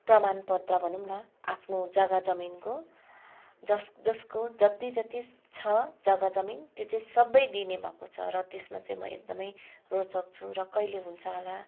प्रमाण पत्र भनौँ न आफ्नो जग्गा जमिनको जस जस्को जत्ति जत्ति छ जग्गा जमिन त्यो चाहिँ सबै दिने भएको छ र त्यसमा चाहिँ म एकदमै रोचक छु र कहिले हुन्छ होला